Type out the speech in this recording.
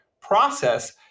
process